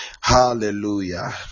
Hallelujah